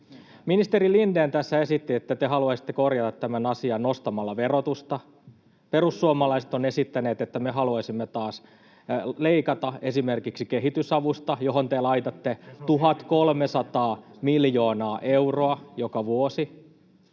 Ministeri Lindén tässä esitti, että te haluaisitte korjata tämän asian nostamalla verotusta. Perussuomalaiset ovat esittäneet, että me haluaisimme taas leikata esimerkiksi kehitysavusta, johon te laitatte 1 300 miljoonaa euroa joka vuosi.